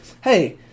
Hey